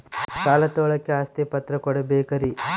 ಸಾಲ ತೋಳಕ್ಕೆ ಆಸ್ತಿ ಪತ್ರ ಕೊಡಬೇಕರಿ?